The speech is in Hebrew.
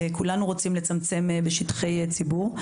כולנו רוצים לצמצם בשטחי ציבור.